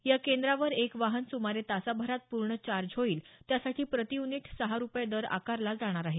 या केंद्रावर एक वाहन सुमारे तासाभरात पूर्ण चार्ज होईल त्यासाठी प्रति युनिट सहा रुपये दर आकारला जाणार आहे